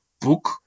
book